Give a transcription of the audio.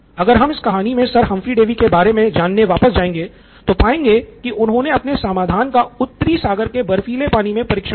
अगर हम इस कहानी मे सर हम्फ्री डेवी के बारे में जानने वापस जाएंगे तो पाएंगे कि उन्होने अपने समाधान का उत्तरी सागर के बर्फीले पानी में परीक्षण किया